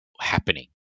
happening